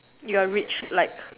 you are rich like